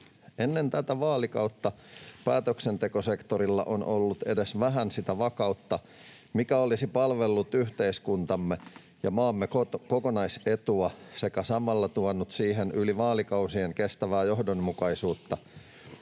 Ennen tätä vaalikautta päätöksentekosektorilla on ollut edes vähän sitä vakautta, mikä olisi palvellut yhteiskuntamme ja maamme kokonaisetua sekä samalla tuonut siihen yli vaalikausien kestävää johdonmukaisuutta.